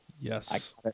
Yes